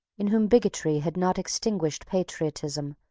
in whom bigotry had not extinguished patriotism,